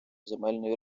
земельної